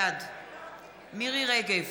בעד מירי רגב,